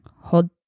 hold